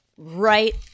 right